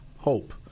hope